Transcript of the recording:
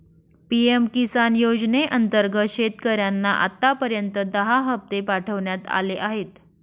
PM Kisan योजनेअंतर्गत शेतकऱ्यांना आतापर्यंत दहा हप्ते पाठवण्यात आले आहेत